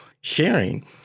sharing